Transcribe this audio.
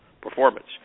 performance